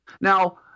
Now